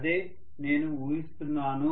అదే నేను ఊహిస్తున్నాను